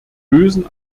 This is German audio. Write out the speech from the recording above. bösen